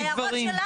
בדיחה.